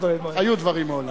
היו דברים מעולם.